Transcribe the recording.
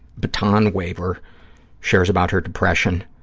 baton waver shares about her depression,